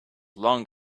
long